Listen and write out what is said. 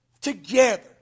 together